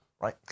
right